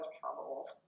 trouble